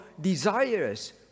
desires